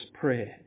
prayer